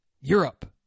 Europe